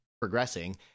progressing